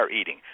eating